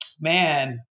Man